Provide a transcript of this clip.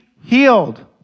healed